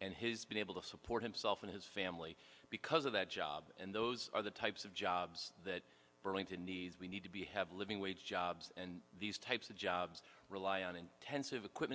and his been able to support himself and his family because of that job and those are the types of jobs that burlington needs we need to be have living wage jobs and these types of jobs rely on intensive equipment